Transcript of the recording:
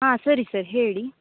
ಹಾಂ ಸರಿ ಸರ್ ಹೇಳಿ